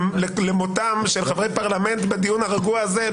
למותם של חברי פרלמנט בדיון הרגוע הזה.